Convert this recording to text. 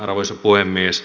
arvoisa puhemies